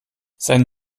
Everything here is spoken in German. sein